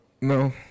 No